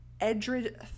Edred